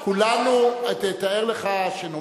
אתה הורס את הצבא ואתה הורס את, תאר לך שנאמר,